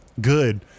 good